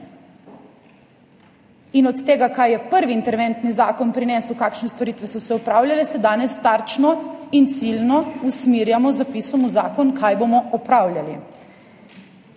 in od tega, kar je prvi interventni zakon prinesel, kakšne storitve so se opravljale, se danes tarčno in ciljno usmerjamo z zapisom v zakon, kaj bomo opravljali.